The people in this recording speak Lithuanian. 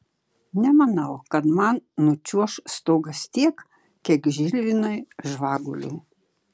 nemanau kad man nučiuoš stogas tiek kiek žilvinui žvaguliui